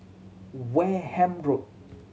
Wareham Road